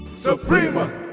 Suprema